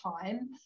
time